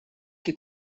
qui